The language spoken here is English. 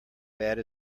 bad